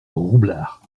roublard